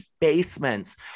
basements